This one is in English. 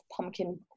pumpkin